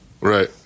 Right